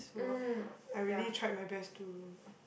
so I really tried my best to